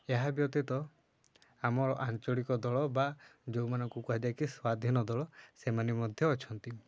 ଏହା ବ୍ୟତୀତ ଆମର ଆଞ୍ଚଳିକ ଦଳ ବା ଯେଉଁମାନଙ୍କୁ କୁହାଯାଏ କି ସ୍ଵାଧୀନ ଦଳ ସେମାନେ ମଧ୍ୟ ଅଛନ୍ତି